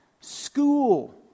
school